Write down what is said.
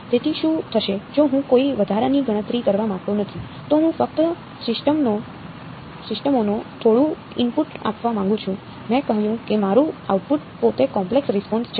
તેથી શું થશે જો હું કોઈ વધારાની ગણતરી કરવા માંગતો નથી તો હું ફક્ત સિસ્ટમોને થોડું ઇનપુટ આપવા માંગુ છું મેં કહ્યું કે મારું આઉટપુટ પોતે ઇમ્પલ્સ રિસ્પોન્સ છે